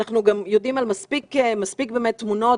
אנחנו ראינו מספיק תמונות,